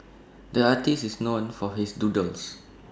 the artist is known for his doodles